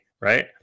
right